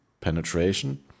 penetration